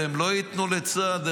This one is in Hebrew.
והם לא ייתנו לצה"ל,